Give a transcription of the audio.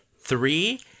three